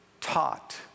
taught